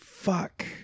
Fuck